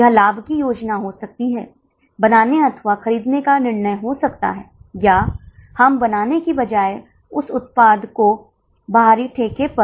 यह बसों की संख्या पर निर्भर करता है 2 बसें हैं और एक बस की लागत 5756 है